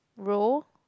row